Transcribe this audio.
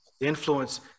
influence